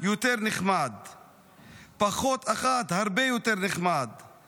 יותר נחמד"; "פחות אחת הרבה יותר נחמד";